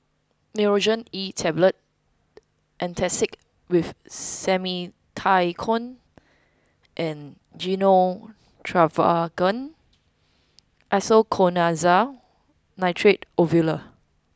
Nurogen E Tablet Antacid with Simethicone and Gyno Travogen Isoconazole Nitrate Ovule